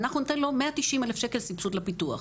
ואנחנו ניתן לו 190,000 סבסוד לפיתוח.